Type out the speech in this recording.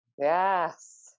Yes